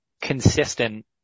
consistent